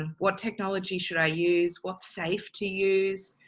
what technology should i use, what's safe to use?